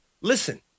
Listen